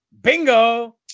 bingo